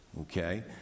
Okay